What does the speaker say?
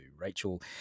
Rachel